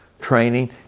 training